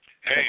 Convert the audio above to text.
Hey